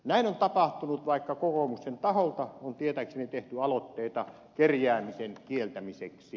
näin on tapahtunut vaikka kokoomuksen taholta on tietääkseni tehty aloitteita kerjäämisen kieltämiseksi